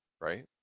right